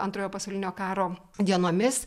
antrojo pasaulinio karo dienomis